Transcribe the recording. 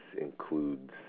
includes